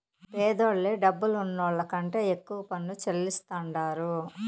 పేదోల్లే డబ్బులున్నోళ్ల కంటే ఎక్కువ పన్ను చెల్లిస్తాండారు